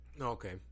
okay